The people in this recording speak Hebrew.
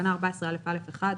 בתקנה 14א(א)(1)